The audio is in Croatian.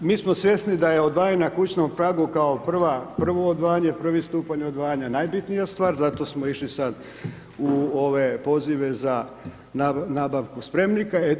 Mi smo svjesni da je odvajanje na kućnom pragu kao prvo odvajanje, prvi stupanj odvajanja najbitnija stvar, zato smo išli sad u ove pozive za nabavku spremnika.